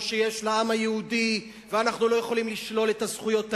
שיש לעם היהודי ואנחנו לא יכולים לשלול את הזכויות האלה,